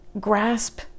grasp